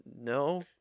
no